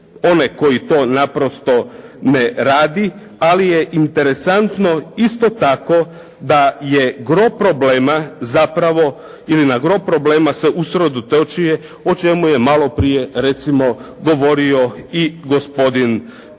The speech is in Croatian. one koji to naprosto ne radi, ali je interesantno isto tako da je gro problema zapravo, ili na gro problema se usredotočuje o čemu je maloprije recimo govorio i gospodin